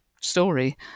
story